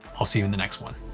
i'll see you in the next one.